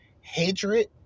Hatred